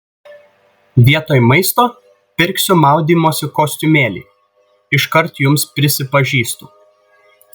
vietoj maisto pirksiu maudymosi kostiumėlį iškart jums prisipažįstu